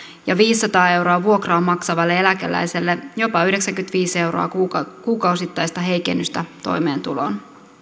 ja viisisataa euroa vuokraa maksavalle eläkeläiselle jopa yhdeksänkymmentäviisi euroa kuukausittaista heikennystä toimeentuloon